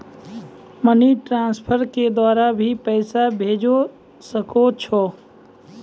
Money transfer के द्वारा भी पैसा भेजै सकै छौ?